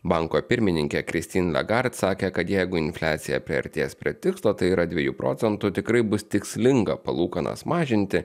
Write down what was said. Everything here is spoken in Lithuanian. banko pirmininkė kristin le gart sakė kad jeigu infliacija priartės prie tikslo tai yra dviejų procentų tikrai bus tikslinga palūkanas mažinti